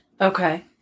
Okay